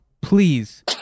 please